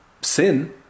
sin